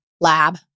lab